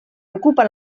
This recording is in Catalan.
ocupa